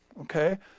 okay